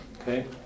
Okay